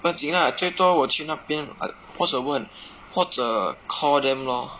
不要紧 lah 最多我去那边 I 或者问或者 call them lor